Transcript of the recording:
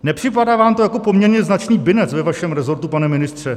Nepřipadá vám to jako poměrně značný binec ve vašem rezortu, pane ministře?